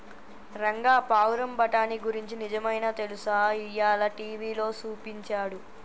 రంగా పావురం బఠానీ గురించి నిజమైనా తెలుసా, ఇయ్యాల టీవీలో సూపించాడు